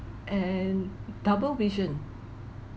and double vision